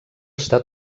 està